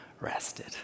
rested